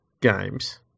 games